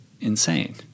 insane